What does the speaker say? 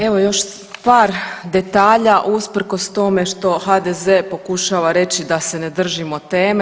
Evo još par detalja usprkos tome što HDZ pokušava reći da se ne držimo teme.